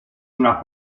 una